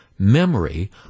memory